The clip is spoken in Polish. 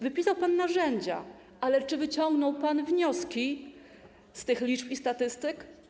Wypisał pan narzędzia, ale czy wyciągnął pan wnioski z tych liczb i statystyk?